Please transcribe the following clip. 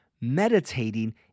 Meditating